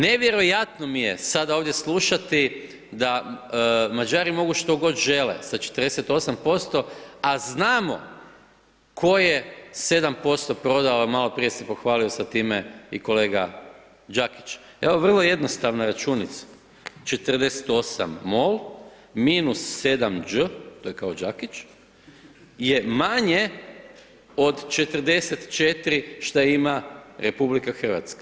Nevjerojatno mi je sada ovdje slušati da Mađari mogu što god žele sa 48%, a znamo tko je 7% prodao, maloprije se pohvalio sa time i kolega Đakić, evo, vrlo jednostavna računica, 48 MOL – 7 Đ, to je kao Đakić, je manje od 44, šta ima RH.